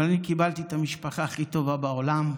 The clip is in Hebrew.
אבל אני קיבלתי את המשפחה הכי טובה בעולם,